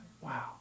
Wow